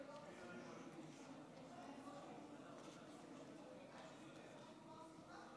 אנחנו עוברים להצעת החוק הבאה,